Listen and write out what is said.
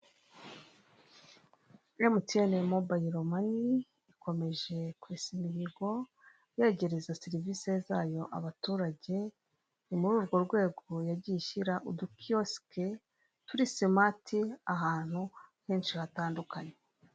Emutiyene mobayilo mani ikomeje kwesa imihigo, yegereza serivise zayo abaturage, ni muri urwo rwego yagiye ishyira udukiyosike turi simati, ahantu henshi hatandukanye.